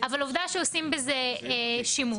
אבל עובדה שעושים בזה שימוש.